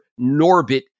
Norbit